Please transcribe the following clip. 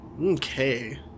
Okay